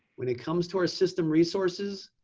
when it comes to our system resources,